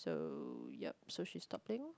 so yup so she stops playing